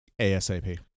ASAP